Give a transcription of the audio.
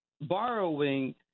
borrowing